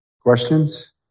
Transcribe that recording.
Questions